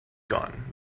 gone